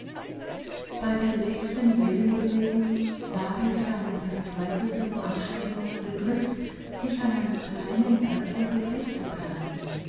bei der letzten wellenbewegung war es seinen verzweifelten anstrengungen geglückt sich an einem kleinen erdhügel festzukrallen